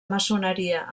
maçoneria